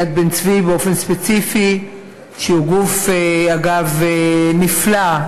יד בן-צבי באופן ספציפי שהוא אגב גוף נפלא,